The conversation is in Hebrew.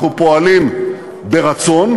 אנחנו פועלים ברצון,